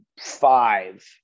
five